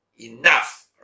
Enough